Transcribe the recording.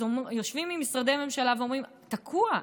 אז יושבים ממשרדי ממשלה ואומרים: זה תקוע,